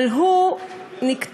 אבל הוא נקטע